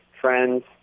friends